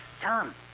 Tom